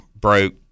broke